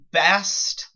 best